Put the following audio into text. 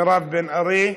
מירב בן ארי,